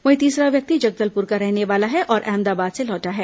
वहीं तीसरा व्यक्ति जगदलपुर का रहने वाला है और अहमदाबाद से लौटा है